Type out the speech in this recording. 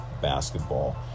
basketball